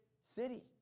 city